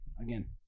again